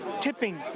tipping